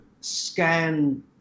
scan